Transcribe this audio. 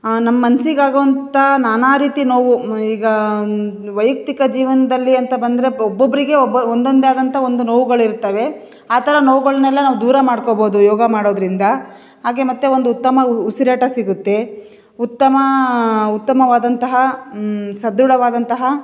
ನಮ್ಮ ಮನಸ್ಸಿಗಾಗುವಂಥ ನಾನಾ ರೀತಿ ನೋವು ಈಗ ವೈಯಕ್ತಿಕ ಜೀವನದಲ್ಲಿ ಅಂತ ಬಂದರೆ ಒಬ್ಬೊಬ್ಬರಿಗೆ ಒಬ್ಬ ಒಂದೊಂದೆ ಆದಂಥ ಒಂದು ನೋವುಗಳಿರುತ್ತವೆ ಆ ಥರ ನೋವುಗಳನ್ನೆಲ್ಲ ನಾವು ದೂರ ಮಾಡ್ಕೊಳ್ಬೋದು ಯೋಗ ಮಾಡೋದರಿಂದ ಹಾಗೆ ಮತ್ತೆ ಒಂದು ಉತ್ತಮ ಉಸಿರಾಟ ಸಿಗುತ್ತೆ ಉತ್ತಮ ಉತ್ತಮವಾದಂತಹ ಸಧೃಢವಾದಂತಹ